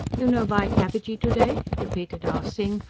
you no buy cabbagee to-day? repeated ah sing,